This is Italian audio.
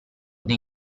nei